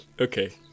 Okay